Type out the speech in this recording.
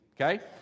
okay